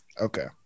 Okay